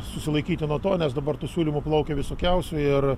susilaikyti nuo to nes dabar tų siūlymų plaukia visokiausių ir